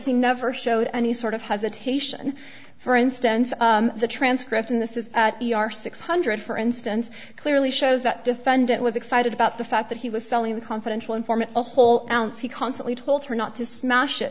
he never showed any sort of hesitation for instance the transcript in this is our six hundred for instance clearly shows that defendant was excited about the fact that he was selling a confidential informant a whole ounce he constantly told her not to smash it